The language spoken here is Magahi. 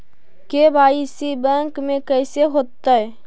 के.वाई.सी बैंक में कैसे होतै?